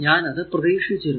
ഞാൻ അത് പ്രതീക്ഷിച്ചിരുന്നു